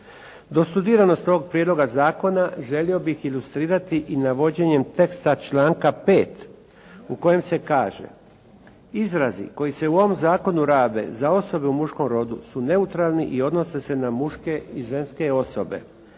Dostudiranost ovoga prijedloga zakona želio bih ilustrirati i navođenjem teksta članka pet u kojem se kaže: „Izrazi koji se u ovom zakonu rabe za osobe u muškom rodu su neutralni i odnose se na muške i ženske osobe.“.